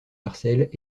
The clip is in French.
parcelles